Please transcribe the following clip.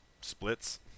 splits